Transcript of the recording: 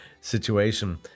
situation